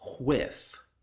whiff